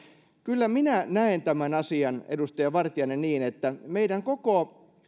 kyllä minä näen tämän asian edustaja vartiainen niin että meidän koko